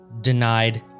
denied